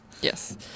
Yes